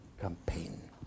campaign